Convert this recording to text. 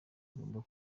bigomba